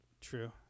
True